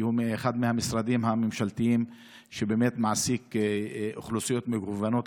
כי הוא אחד המשרדים הממשלתיים שמעסיקים אוכלוסיות מגוונות,